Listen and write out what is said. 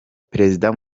perezida